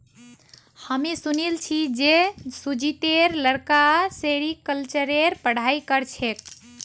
हामी सुनिल छि जे सुजीतेर लड़का सेरीकल्चरेर पढ़ाई कर छेक